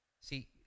See